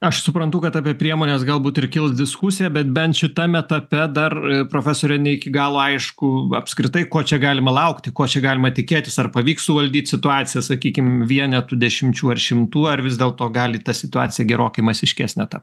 aš suprantu kad apie priemones galbūt ir kils diskusija bet bent šitam etape dar profesore ne iki galo aišku apskritai ko čia galima laukti ko čia galima tikėtis ar pavyks suvaldyt situaciją sakykim vienetų dešimčių ar šimtų ar vis dėl to gali tą situaciją gerokai masiškesne tapt